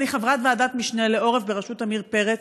אני חברת ועדת משנה לעורף בראשות עמיר פרץ,